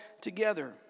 together